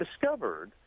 discovered